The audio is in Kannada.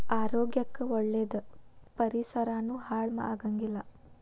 ಆರೋಗ್ಯ ಕ್ಕ ಒಳ್ಳೇದ ಪರಿಸರಾನು ಹಾಳ ಆಗಂಗಿಲ್ಲಾ